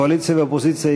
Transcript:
הקואליציה והאופוזיציה,